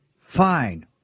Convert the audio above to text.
fine